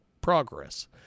progress